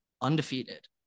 undefeated